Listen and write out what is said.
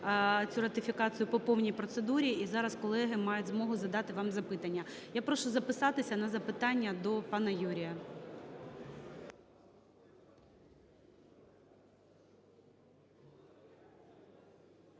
цю ратифікацію по повній процедурі, і зараз колеги мають змогу задати вам запитання. Я прошу записатися на запитання до пана Юрія.